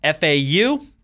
FAU